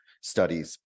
studies